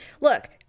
look